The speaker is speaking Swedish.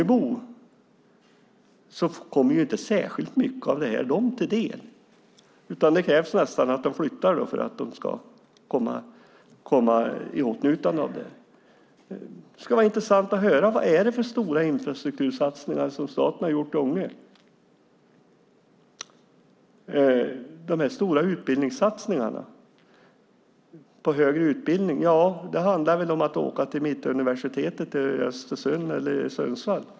Inte särskilt mycket av det kommer Ångeborna till del. Det krävs nästan att de flyttar för att de ska komma i åtnjutande av det. Det skulle vara intressant att höra vad det är för stora infrastruktursatsningar som staten har gjort i Ånge. När det gäller de stora satsningarna på högre utbildning handlar det väl om att åka till Mittuniversitetet i Östersund eller Sundsvall.